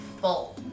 full